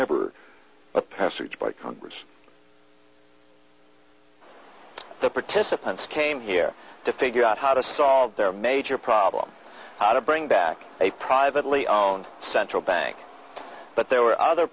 of passage by congress the participants came here to figure out how to solve their major problem how to bring back a privately owned central bank but there were other